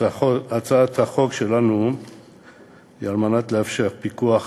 הצעת החוק שלנו מטרתה לאפשר פיקוח